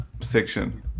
section